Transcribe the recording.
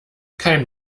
kein